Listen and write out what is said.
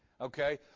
okay